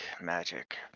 magic